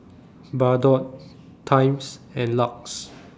Bardot Times and LUX